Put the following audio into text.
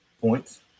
Points